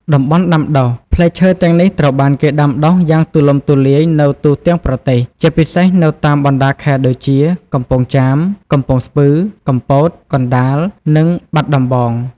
តំបន់ដាំដុះ: ផ្លែឈើទាំងនេះត្រូវបានគេដាំដុះយ៉ាងទូលំទូលាយនៅទូទាំងប្រទេស ជាពិសេសនៅតាមបណ្តាខេត្តដូចជា កំពង់ចាម កំពង់ស្ពឺ កំពត កណ្តាល និងបាត់ដំបង។